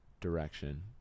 Direction